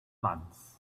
lunch